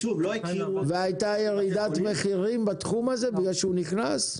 והייתה ירידת מחירים בתחום הזה בגלל שהוא נכנס?